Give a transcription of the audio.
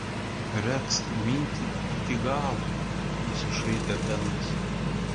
regzk mintį iki galo nusišaipė benas